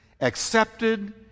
accepted